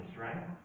right